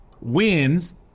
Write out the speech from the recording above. wins